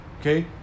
okay